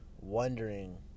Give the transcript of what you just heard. wondering